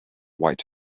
white